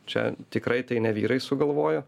čia tikrai tai ne vyrai sugalvojo